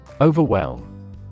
Overwhelm